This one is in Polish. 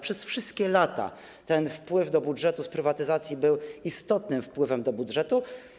Przez wszystkie lata wpływ do budżetu z prywatyzacji był istotnym wpływem do budżetu.